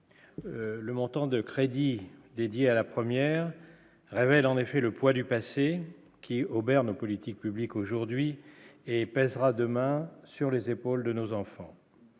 le montant de crédits dédiés à la première révèle, en effet, le poids du passé qui obère nos politiques publiques aujourd'hui et pèsera demain sur les épaules de nos enfants,